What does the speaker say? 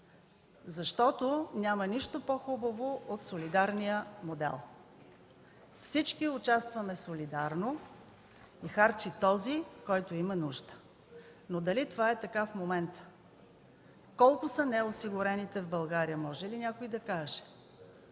Няма нищо по-хубаво от солидарния модел. Всички участваме солидарно и харчи този, който има нужда. Но дали това е така в момента? Колко са неосигурените в България, може ли някой да каже?